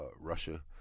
Russia